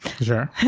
Sure